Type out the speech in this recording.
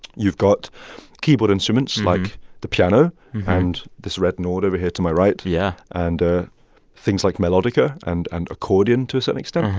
you've got keyboard instruments like the piano and this red nord over here to my right. yeah. and ah things like melodica and and accordion, to a certain extent,